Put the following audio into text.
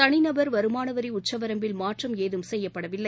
தனிநபர் வருமான வரி உச்சவரம்பில் மாற்றம் ஏதும் செய்யப்படவில்லை